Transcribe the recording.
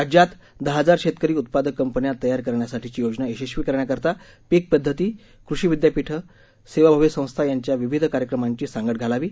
राज्यात दहा हजार शेतकरी उत्पादक कंपन्या तयार करण्यासाठीची योजना यशस्वी करण्याकरता पीक पद्धती कृषी विद्यापीठ सेवाभावी संस्था यांच्या विविध कार्यक्रमांची सांगड घालावी